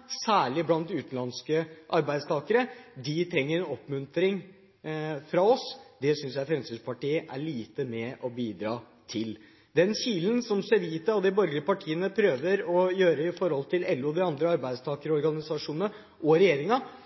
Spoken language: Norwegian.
– særlig blant utenlandske arbeidstakere? De trenger en oppmuntring fra oss. Det synes jeg Fremskrittspartiet er lite med på å bidra til. Den kilen som Civita og de borgerlige partiene prøver å få inn når det gjelder LO, de andre arbeidstakerorganisasjonene og